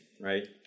right